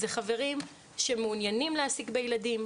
זה חברים שמעוניינים להעסיק ילדים.